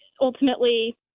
ultimately